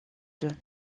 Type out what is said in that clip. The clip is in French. eux